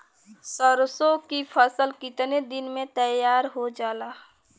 सरसों की फसल कितने दिन में तैयार हो जाला?